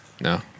No